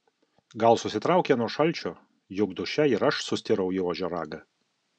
gal susitraukė nuo šalčio juk duše ir aš sustirau į ožio ragą